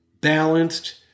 balanced